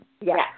Yes